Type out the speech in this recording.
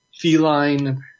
feline